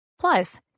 Plus